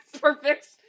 Perfect